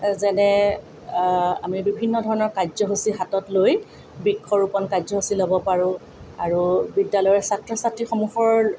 যেনে আমি বিভিন্ন ধৰণৰ কাৰ্যসূচী হাতত লৈ বৃক্ষৰোপণ কাৰ্যসূচী ল'ব পাৰোঁ আৰু বিদ্যালয়ৰ ছাত্ৰ ছাত্ৰীসমূহৰ